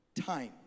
Time